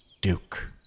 Duke